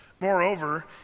Moreover